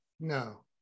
no